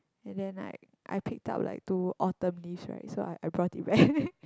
and then like I picked up like two autumn leaves right so I brought it back